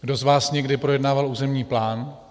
Kdo z vás někdy projednával územní plán?